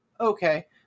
okay